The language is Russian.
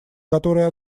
которой